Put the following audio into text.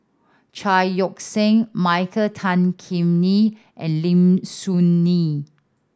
Chao Yoke San Michael Tan Kim Nei and Lim Soo Ngee